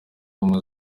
ubumwe